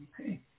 Okay